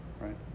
Right